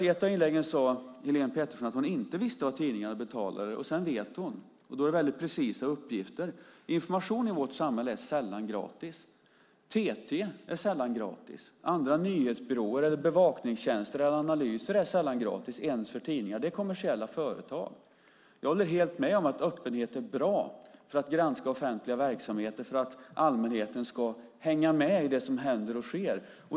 I ett av inläggen sade Helene Petersson att hon inte visste vad tidningarna betalade. Sedan vet hon, och då är det väldigt precisa uppgifter. Information är sällan gratis i vårt samhälle. TT:s tjänster är sällan gratis. Tjänster från andra nyhetsbyråer, bevakningstjänster och analyser är sällan gratis ens för tidningar. Det är kommersiella företag. Jag håller helt med om att öppenhet är bra för att granska offentliga verksamheter och för att allmänheten ska hänga med i det som händer och sker.